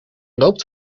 loopt